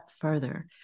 further